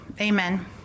Amen